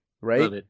Right